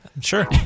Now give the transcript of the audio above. Sure